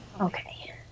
Okay